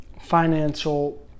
financial